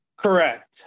Correct